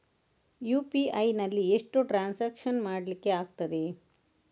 UPI ನಲ್ಲಿ ಎಷ್ಟು transaction ಮಾಡ್ಲಿಕ್ಕೆ ಆಗ್ತದೆ?